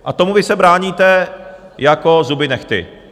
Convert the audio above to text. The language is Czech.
A tomu vy se bráníte zuby nehty.